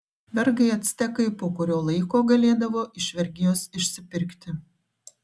vergai actekai po kurio laiko galėdavo iš vergijos išsipirkti